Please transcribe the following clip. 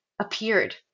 appeared